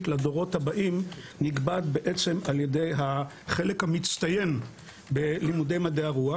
לדורות הבאים נקבעת בעצם ע"י החלק המצטיין בלימודי מדעי הרוח